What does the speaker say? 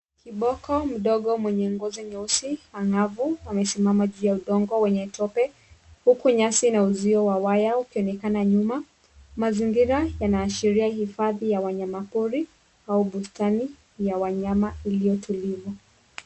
Kiboko mdogo mwenye ngozi nyeusi angavu amesimama juu ya udongo wenye tope huku nyasi na uzio wa waya ukionekana nyuma, mazingira yanaashiria hifadhi ya wanyama pori au bustani ya wanyama iliyotulivu.